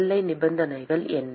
எல்லை நிபந்தனைகள் என்ன